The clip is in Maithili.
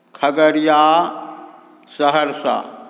खगड़िया सहरसा